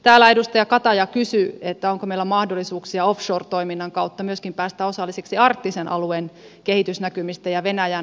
täällä edustaja kataja kysyi onko meillä mahdollisuuksia offshore toiminnan kautta myöskin päästä osallisiksi arktisen alueen kehitysnäkymistä ja venäjän kysynnästä